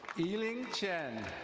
eyling chen.